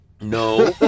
No